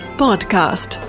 podcast